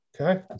Okay